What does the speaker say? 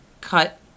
cut